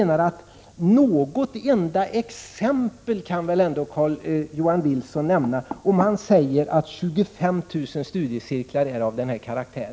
Något enda exempel kan väl ändå Carl-Johan Wilson nämna, om det nu är 25 000 studiecirklar som är av denna karaktär?